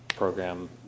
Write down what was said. program